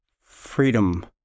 Freedom